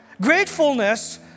Gratefulness